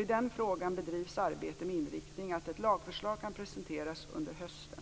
I den frågan bedrivs arbetet med inriktningen att ett lagförslag kan presenteras under hösten.